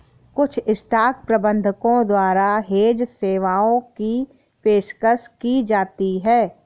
कुछ स्टॉक प्रबंधकों द्वारा हेज सेवाओं की पेशकश की जाती हैं